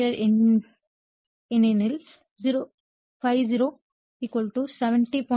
471 ampere ஏனெனில் ∅0 70